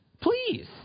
Please